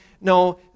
No